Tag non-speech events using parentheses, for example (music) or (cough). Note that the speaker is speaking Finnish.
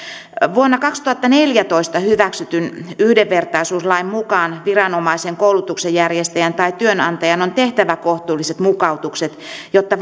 vuonna kaksituhattaneljätoista hyväksytyn yhdenvertaisuuslain mukaan viranomaisen koulutuksen järjestäjän tai työnantajan on tehtävä kohtuulliset mukautukset jotta (unintelligible)